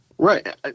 Right